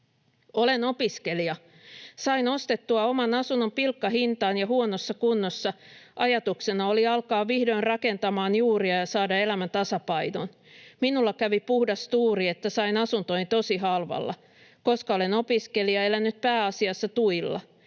”Olen opiskelija. Sain ostettua oman asunnon pilkkahintaan ja huonossa kunnossa, ajatuksena oli alkaa vihdoin rakentamaan juuria ja saada elämä tasapainoon. Minulla kävi puhdas tuuri, että sain asuntoni tosi halvalla. Koska olen opiskelija, elän nyt pääasiassa tuilla.